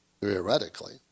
theoretically